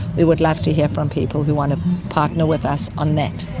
we would love to hear from people who want to partner with us on that.